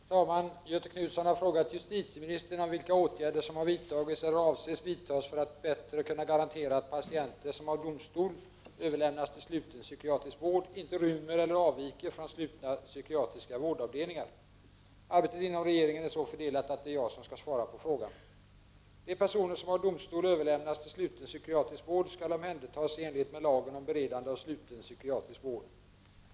Herr talman! Göthe Knutson har frågat justitieministern om vilka åtgärder som vidtagits och/eller avses vidtas för att bättre kunna garantera att patienter som av domstol överlämnats till sluten psykiatrisk vård inte rymmer eller avviker från slutna psykiatriska vårdavdelningar. Arbetet inom regeringen är så fördelat att det är jag som skall svara på frågan. De personer som av domstol överlämnas till sluten psykiatrisk vård skall omhändertas i enlighet med lagen om beredande av sluten psykiatrisk vård.